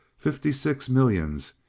fifty-six millions,